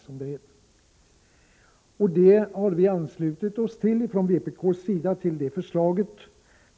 Från vpk:s sida har vi anslutit oss till detta förslag.